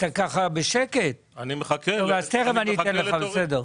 אני מחכה לתורי.